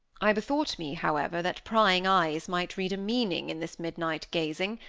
i bethought me, however, that prying eyes might read a meaning in this midnight gazing,